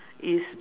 is